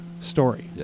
story